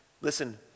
Listen